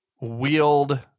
wield